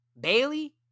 Bailey